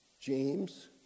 James